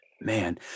man